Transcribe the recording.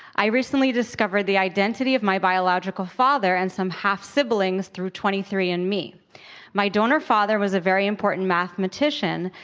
i recently discovered the identity of my biological father and some half-siblings through twenty three and andme. my donor father was a very important mathematician,